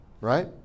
Right